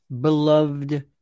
beloved